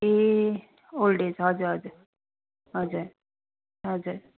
ए old age हजुर हजुर हजुर हजुर